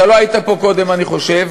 אתה לא היית פה קודם, אני חושב.